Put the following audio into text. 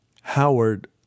Howard